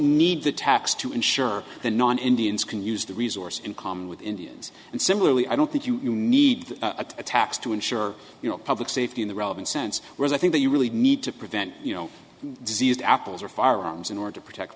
need the tax to ensure the non indians can use the resource in common with indians and similarly i don't think you need a tax to insure you know public safety in the relevant sense whereas i think that you really need to prevent you know diseased apples or firearms in order to protect